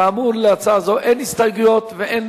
כאמור, להצעה זו אין הסתייגויות, ואין